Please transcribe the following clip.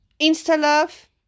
Insta-love